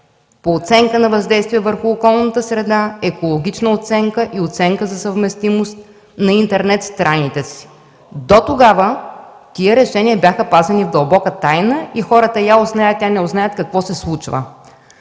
по оценка на въздействие върху околната среда, екологична оценка и оценка за съвместимост. Дотогава тези решения бяха пазени в дълбока тайна и хората я узнаят, я не узнаят какво се случва.